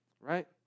Right